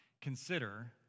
Consider